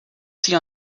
see